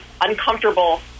uncomfortable